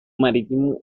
marítimo